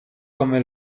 come